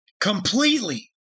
completely